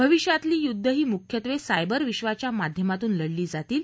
भविष्यातली युद्ध ही मुख्यत्वे सायबर विधाच्या माध्यमातून लढली जातील